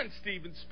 Steven